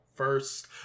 first